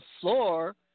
floor